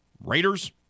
Raiders